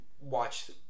watch